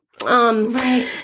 Right